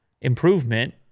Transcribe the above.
improvement